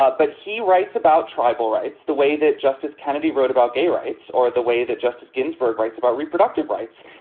ah but he writes about tribal rights, the way that justice kennedy wrote about gay or the way that justice ginsburg writes about reproductive rights.